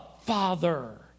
father